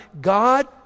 God